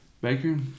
Baker